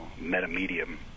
meta-medium